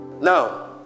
Now